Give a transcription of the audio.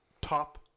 top